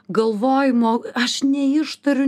galvojimo aš neištariu